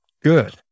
good